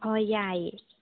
ꯍꯣꯏ ꯌꯥꯏꯑꯦ